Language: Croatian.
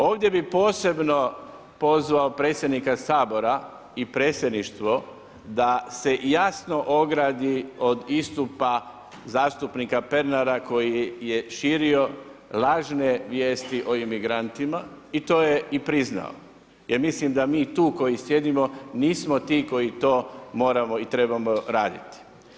Ovdje bih posebno pozvao predsjednika Sabora i predsjedništvo, da se jasno ogradi od istupa zastupnika Pernara, koji je širio lažne vijesti o imigrantima, i to je i priznao, jer mislim, da mi tu koji sjedimo, nismo ti koji to moramo i trebamo raditi.